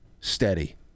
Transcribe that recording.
steady